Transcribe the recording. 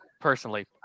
personally